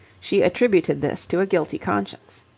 she attributed this to a guilty conscience.